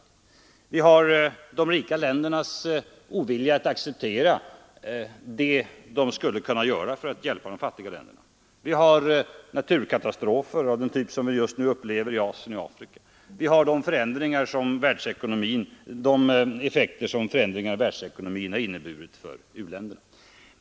Ett annat bekymmer är de rika ländernas ovilja att acceptera de åtgärder de skulle kunna vidta för att hjälpa de fattiga länderna. Vidare inträffar naturkatastrofer av den typ som man just nu upplever i Asien och Afrika. De effekter som förändringar i världsekonomin har inneburit för u-länderna utgör ytterligare ett problem, osv.